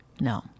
No